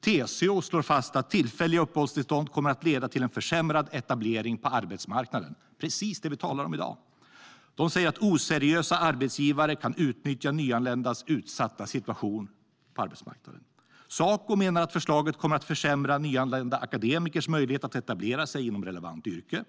TCO slår fast att tillfälliga uppehållstillstånd kommer att leda till en försämrad etablering på arbetsmarknaden. Det är precis det som vi talar om i dag. De säger att oseriösa arbetsgivare kan utnyttja nyanländas utsatta situation på arbetsmarknaden. Saco menar att förslaget kommer att försämra nyanlända akademikers möjligheter att etablera sig inom relevant yrke.